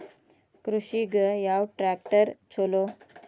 ಕೃಷಿಗ ಯಾವ ಟ್ರ್ಯಾಕ್ಟರ್ ಛಲೋ?